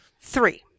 Three